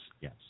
Yes